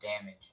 damage